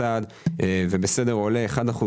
או חלק מהסכום וחלק ממומן בדרך כזו או אחרת,